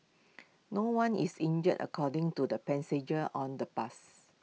no one is injured according to the passenger on the bus